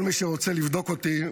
כל מי שרוצה לבדוק אותי,